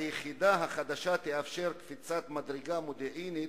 היחידה החדשה תאפשר קפיצת מדרגה מודיעינית,